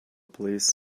police